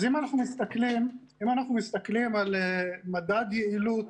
אז אם אנחנו מסתכלים על מדד יעילות